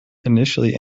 initially